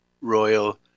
Royal